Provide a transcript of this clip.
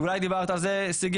אולי דיברת על זה סיגי,